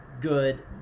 good